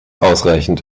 ausreichend